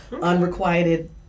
unrequited